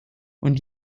und